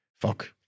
fuck